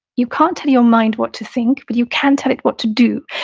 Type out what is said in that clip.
you can't tell your mind what to think but you can tell it what to do.